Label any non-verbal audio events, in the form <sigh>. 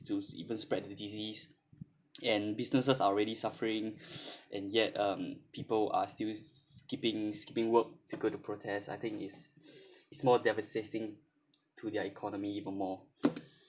to even spread the disease and businesses already suffering <breath> and yet um people are still skipping skipping work to go to protest I think is is more devastating to their economy even more